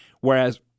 whereas